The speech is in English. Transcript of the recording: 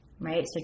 right